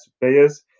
players